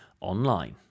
online